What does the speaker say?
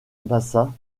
bassa